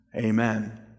Amen